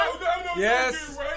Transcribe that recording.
Yes